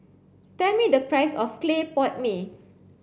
tell me the price of clay pot mee